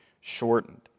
shortened